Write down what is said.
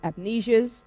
amnesias